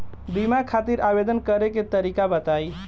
बीमा खातिर आवेदन करे के तरीका बताई?